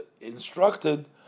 instructed